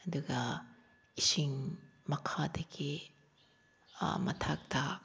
ꯑꯗꯨꯒ ꯏꯁꯤꯡ ꯃꯈꯥꯗꯒꯤ ꯑꯥ ꯃꯊꯛꯇ